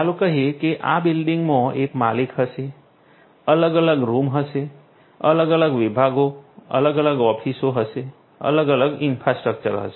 ચાલો કહીએ કે આ બિલ્ડીંગમાં એક માલિક હશે અલગ અલગ રૂમ હશે અલગ અલગ વિભાગો અલગ અલગ ઑફિસો હશે અલગ અલગ ઈન્ફ્રાસ્ટ્રક્ચર હશે